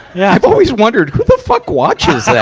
yeah i've always wondered, who the fuck watches that!